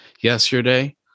yesterday